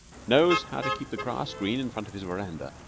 knows how to keep the grass green in front of his veranda,